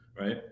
right